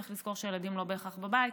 צריך לזכור שהילדים לא בהכרח בבית,